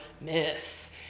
myths